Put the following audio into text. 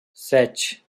sete